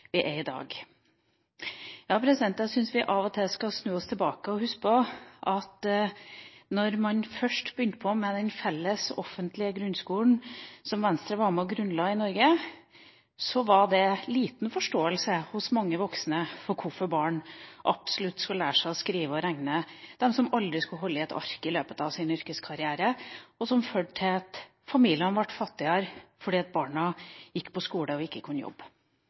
er i dag. Jeg syns vi av og til skal snu oss, se tilbake og huske at da man først begynte med den felles offentlige grunnskolen, som Venstre var med på å grunnlegge i Norge, var det liten forståelse hos mange voksne for hvorfor barn absolutt skulle lære seg å skrive og regne – de som aldri skulle holde i et ark i løpet av sin yrkeskarriere, og hvis familier ble fattigere fordi barna gikk på skole og ikke kunne jobbe.